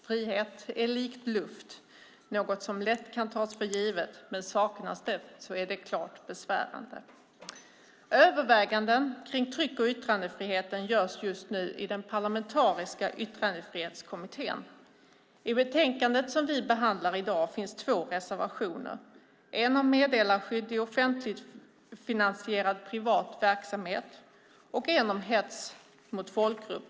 Frihet är likt luft, det vill säga något som lätt kan tas för givet, men saknas det är det klart besvärande. Överväganden om tryck och yttrandefrihet görs just nu i den parlamentariska Yttrandefrihetskommittén. I betänkandet vi behandlar i dag finns två reservationer, en om meddelarskydd i offentligfinansierad privat verksamhet och en om hets mot folkgrupp.